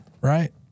right